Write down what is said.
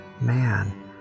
Man